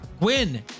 gwen